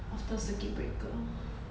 after circuit breaker